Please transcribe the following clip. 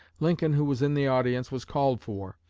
lincoln, who was in the audience, was called for,